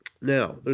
Now